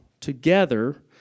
together